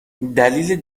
دلیل